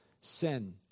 sin